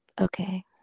okay